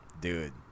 dude